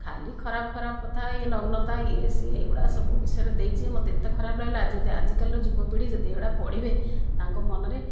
ଖାଲି ଖରାପ ଖରାପ କଥା ଇଏ ନଗ୍ନତା ଇଏ ସିଏ ଏଗୁଡ଼ା ସବୁ ବିଷୟରେ ଦେଇଛି ମୋତେ ଏତେ ଖରାପ ଲାଗିଲା ଆଜି ଯଦି ଆଜିକାଲିର ଯୁବପିଢ଼ୀ ଯଦି ଏଗୁଡ଼ା ପଢ଼ିବେ ତାଙ୍କ ମନରେ